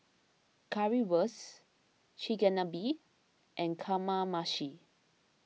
Currywurst Chigenabe and Kamameshi